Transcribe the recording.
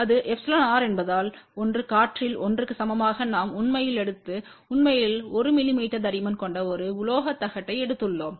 அது εr என்பதால்ஒன்று காற்றில் 1 க்கு சமமாக நாம் உண்மையில் எடுத்தது உண்மையில் 1 மிமீ தடிமன் கொண்ட ஒரு உலோகத் தகட்டை எடுத்துள்ளோம்